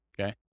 okay